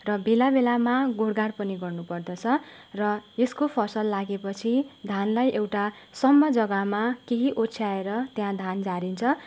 र बेला बेलामा गोडगाड पनि गर्नु पर्दछ र यसको फसल लागेपछि धानलाई एउटा सम्म जगामा केही ओछ्याएर त्यहाँ धान झारिन्छ